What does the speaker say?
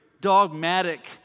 dogmatic